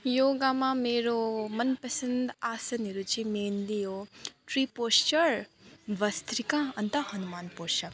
योगामा मेरो मनपसन्द आसनहरू चाहिँ हो ट्री पोस्चर भस्त्रिका अन्त हनुमान पोस्चर